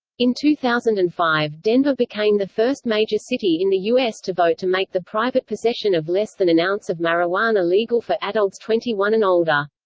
in two thousand and five, denver became the first major city in the u s. to vote to make the private possession of less than an ounce of marijuana legal for adults twenty one and older.